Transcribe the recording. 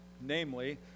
Namely